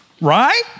Right